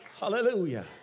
Hallelujah